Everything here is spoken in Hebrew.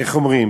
איך אומרים?